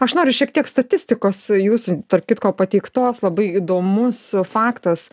aš noriu šiek tiek statistikos jūsų tarp kitko pateiktos labai įdomus faktas